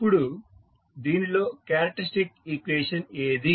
ఇప్పుడు దీనిలో characteristic equation ఏది